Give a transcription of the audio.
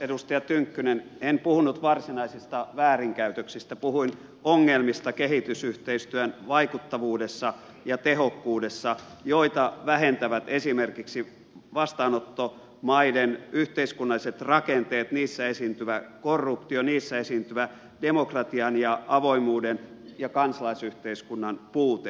edustaja tynkkynen en puhunut varsinaisista väärinkäytöksistä puhuin ongelmista kehitysyhteistyön vaikuttavuudessa ja tehokkuudessa joita vähentävät esimerkiksi vastaanottomaiden yhteiskunnalliset rakenteet niissä esiintyvä korruptio niissä esiintyvä demokratian ja avoimuuden ja kansalaisyhteiskunnan puute